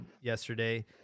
yesterday